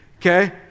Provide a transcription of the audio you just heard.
Okay